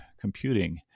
computing